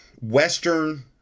western